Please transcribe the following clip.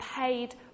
paid